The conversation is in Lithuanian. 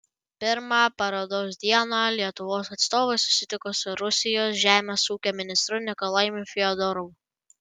pirmą parodos dieną lietuvos atstovai susitiko su rusijos žemės ūkio ministru nikolajumi fiodorovu